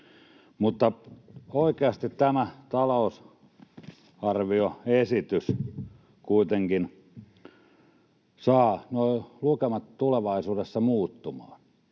Mutta oikeasti tämä talousarvioesitys kuitenkin saa nuo lukemat tulevaisuudessa muuttumaan.